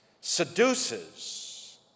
seduces